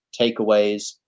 takeaways